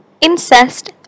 incest